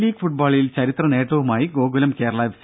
league ഫുട്ബോളിൽ ചരിത്ര നേട്ടവുമായി ഗോകുലം കേരള എഫ്